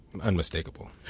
unmistakable